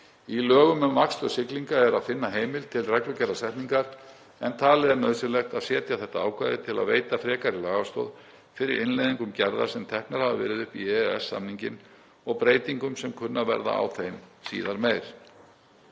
Í lögum um vaktstöð siglinga er að finna heimild til reglugerðarsetningar en talið er nauðsynlegt að setja þetta ákvæði til að veita frekari lagastoð fyrir innleiðingu gerða sem teknar hafa verið upp í EES-samninginn og breytingum sem kunna að verða á þeim síðar meir.